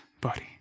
buddy